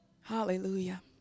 Hallelujah